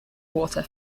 water